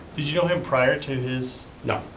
did you know him prior to his? no,